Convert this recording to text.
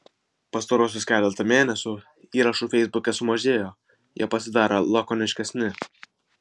pastaruosius keletą mėnesių įrašų feisbuke sumažėjo jie pasidarė lakoniškesni